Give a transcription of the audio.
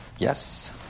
Yes